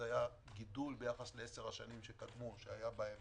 זה היה גידול ביחס לעשר השנים שקדמו, שהיו בהם